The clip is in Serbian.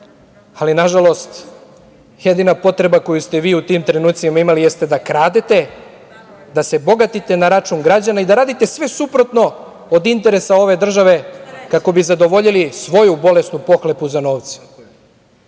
Ali, nažalost, jedina potreba koju ste vi u tim trenucima imali jeste da kradete, da se bogatite na račun građana i da radite sve suprotno od interesa ove države, kako bi zadovoljili svoju bolesnu pohlepu za novcem.